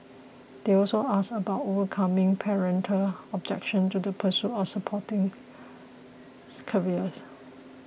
they also asked about overcoming parental objection to the pursuit of sporting careers